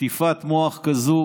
שטיפת מוח כזו